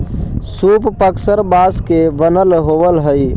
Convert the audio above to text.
सूप पअक्सर बाँस के बनल होवऽ हई